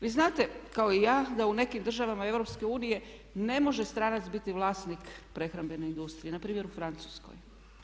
Vi znate kao i ja da u nekim državama EU ne može stranac biti vlasnik prehrambene industrije npr. u Francuskoj.